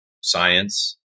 science